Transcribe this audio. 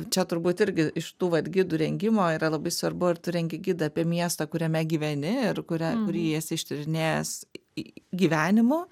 čia turbūt irgi iš tų vat gidų rengimo yra labai svarbu ar tu rengi gidą apie miestą kuriame gyveni ir kuria kurį jis ištyrinėjęs gyvenimu